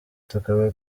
tukaba